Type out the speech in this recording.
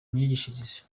myigishirize